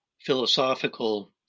philosophical